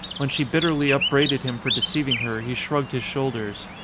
when she bitterly up braided him for deceiving her he shrugged his shoulders.